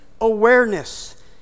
awareness